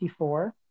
54